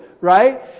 right